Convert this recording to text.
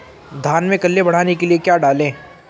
धान में कल्ले बढ़ाने के लिए क्या डालें?